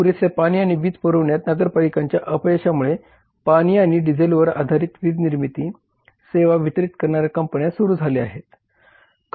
पुरेसे पाणी आणि वीज पुरवण्यात नगरपालिकांच्या अपयशामुळे पाणी आणि डिझेलवर आधारित वीज निर्मिती सेवा वितरीत करणाऱ्या कंपन्या सुरू झाल्या आहेत